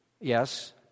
Yes